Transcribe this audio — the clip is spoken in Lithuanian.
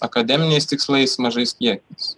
akademiniais tikslais mažais kiekiais